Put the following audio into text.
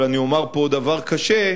אבל אני אומר פה דבר קשה,